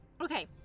Okay